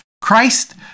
Christ